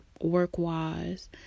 work-wise